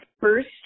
first